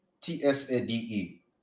T-S-A-D-E